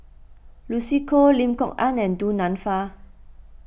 Lucy Koh Lim Kok Ann and Du Nanfa